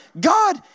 God